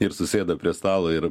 ir susėda prie stalo ir